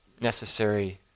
necessary